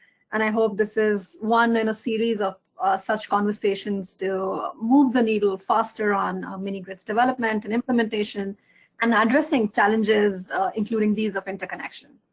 and i hope this is one in a series of such conversations still move the needle faster on um mini-grids development and implementation and addressing challenges including these of interconnection.